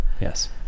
Yes